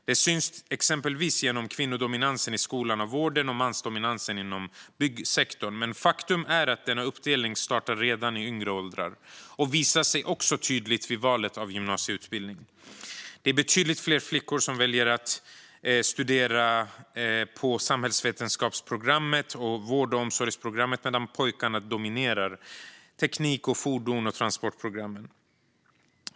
Det syns exempelvis genom kvinnodominansen i skolan och vården och mansdominansen inom byggsektorn. Men faktum är att denna uppdelning startar redan i yngre åldrar och visar sig tydligt också vid valet av gymnasieutbildning. Det är betydligt fler flickor som väljer att studera på samhällsvetenskapsprogrammet och vård och omsorgsprogrammet medan pojkarna dominerar på teknik, fordons och transportprogrammen.